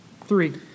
three